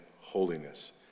holiness